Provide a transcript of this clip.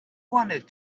wanted